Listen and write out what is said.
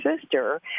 sister